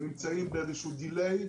התחילו לעבוד על גשר ושבילים שיובילו